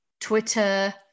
Twitter